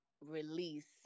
release